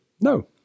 No